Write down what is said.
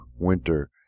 winter